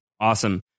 Awesome